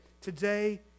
today